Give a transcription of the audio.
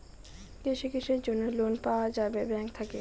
কিসের কিসের জন্যে লোন পাওয়া যাবে ব্যাংক থাকি?